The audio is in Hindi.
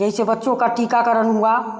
जैसे बच्चों का टीकाकरण हुआ